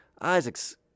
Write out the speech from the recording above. Isaac's